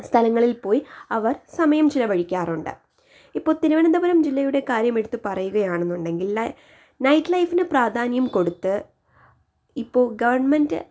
സ്ഥലങ്ങളിൽ പോയി അവർ സമയം ചിലവഴിക്കാറുണ്ട് ഇപ്പോൾ തിരുവനന്തപുരം ജില്ലയുടെ കാര്യം എടുത്തു പറയുകയാണെന്നുണ്ടെങ്കിൽ നൈറ്റ് ലൈഫിന് പ്രാധാന്യം കൊടുത്ത് ഇപ്പോൾ ഗവണ്മെൻ്റ്